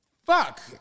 Fuck